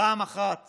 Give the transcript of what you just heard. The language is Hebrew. פעם אחת